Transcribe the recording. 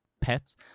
pets